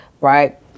right